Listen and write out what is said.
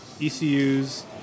ECUs